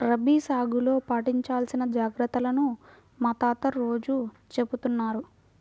రబీ సాగులో పాటించాల్సిన జాగర్తలను మా తాత రోజూ చెబుతున్నారు